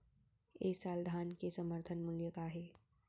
ए साल धान के समर्थन मूल्य का हे?